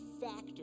factor